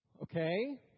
Okay